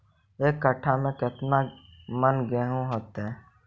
एक कट्ठा में केतना मन गेहूं होतै?